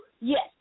Yes